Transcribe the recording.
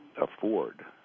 afford –